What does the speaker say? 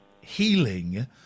healing